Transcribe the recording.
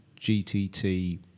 GTT